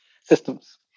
systems